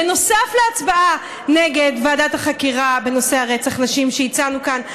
בנוסף להצבעה נגד ועדת החקירה בנושא רצח הנשים שהצענו כאן,